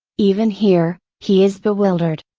even here, he is bewildered.